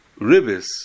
ribis